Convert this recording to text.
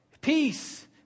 Peace